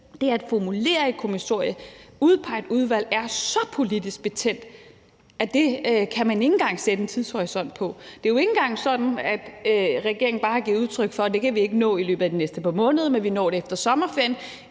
det at formulere et kommissorie, udpege et udvalg er så politisk betændt, at det kan man ikke engang sætte en tidshorisont på. Det er jo ikke engang sådan, at regeringen bare har givet udtryk for, at det kan vi ikke nå i løbet af de næste par måneder, men vi når det efter sommerferien.